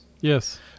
Yes